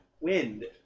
wind